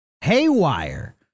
haywire